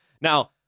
Now